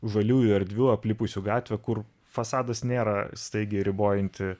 žaliųjų erdvių aplipusių gatvę kur fasadas nėra staigiai ribojanti